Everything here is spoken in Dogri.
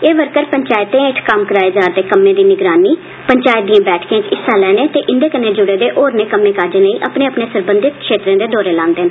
एह् वर्कर पंचायतें हेठ कराए जा'र दे कम्मे दी निगरानी पंचायत दियें बैठकें इच हिस्सा लैने ते इंदे कन्नै जुड़े दे होरनें कम्में काजें लेई अपने अपने सरबंधत क्षेत्रें दे दौरे लांदे न